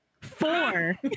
Four